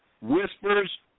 Whisper's